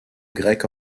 grec